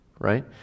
right